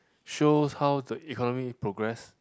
shows how the economy progress